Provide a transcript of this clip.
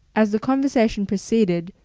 as the conversation proceeded,